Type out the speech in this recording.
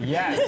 Yes